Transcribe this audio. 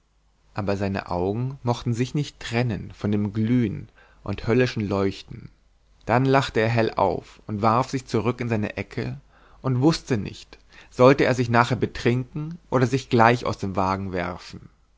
aber seine augen mochten sich nicht trennen von dem glühen und höllischen leuchten dann lachte er hell auf und warf sich zurück in seine ecke und wußte nicht sollte er sich nachher betrinken oder sich gleich aus dem wagen werfen